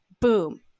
boom